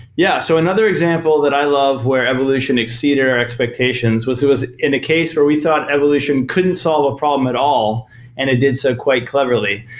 yeah. so another example that i loved where evolution exceeded our expectations was it was in the case where we thought evolution couldn't solve a problem at all and it did so quite cleverly.